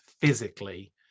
physically